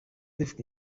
dufite